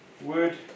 word